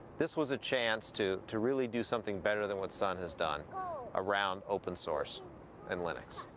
this was the chance to to really do something better than what sun has done around open source and linux.